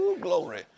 glory